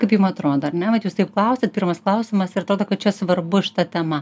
kaip jum atrodo ar ne vat jūs taip klausiat pirmas klausimas ir tada kad čia svarbu šita tema